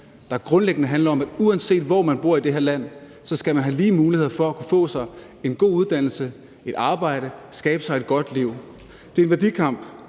der grundlæggende handler om, at uanset hvor man bor i det her land, skal man have lige muligheder for at kunne få en god uddannelse, få et arbejde og skabe sig et godt liv. For